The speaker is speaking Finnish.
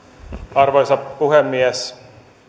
arvoisa puhemies